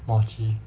muah chee